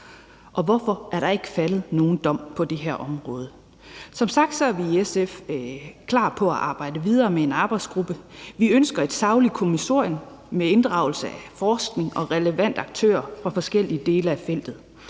Og hvorfor er der ikke faldet nogen domme på det her område? Som sagt er vi i SF klar på at arbejde videre med en arbejdsgruppe. Vi ønsker et sagligt kommissorie med inddragelse af forskning og relevante aktører fra forskellige dele af feltet.